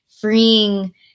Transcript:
freeing